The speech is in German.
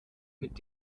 mit